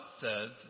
says